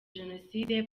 jenoside